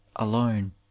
alone